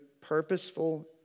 purposeful